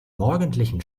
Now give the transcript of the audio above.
morgendlichen